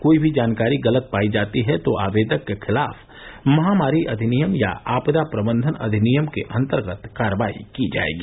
कोई भी जानकारी गलत पाई जाती है तो आवेदक के खिलाफ महामारी अधिनियम या आपदा प्रबन्धन अधिनियम के अंतर्गत कार्रवाई की जाएगी